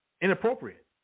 inappropriate